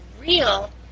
real